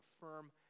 firm